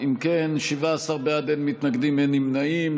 אם כן, 17 בעד, אין מתנגדים, אין נמנעים.